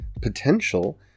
potential